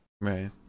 Right